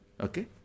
Okay